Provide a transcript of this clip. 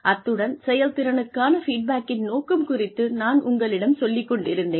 அத்துடன் செயல்திறனுக்கான ஃபீட்பேக்கின் நோக்கம் குறித்து நான் உங்களிடம் சொல்லிக் கொண்டிருந்தேன்